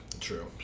True